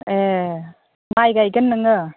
ए माइ गायगोन नोङो